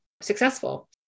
successful